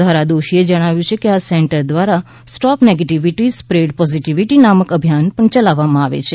ધારા દોશીએ જણાવ્યુ છે કે આ સેન્ટર દ્વારા સ્ટોપ નેગેટિવિટી સ્પ્રેડ પોઝિટિવિટી નામક અભિયાન પણ ચલાવવામાં આવે છે